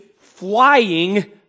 flying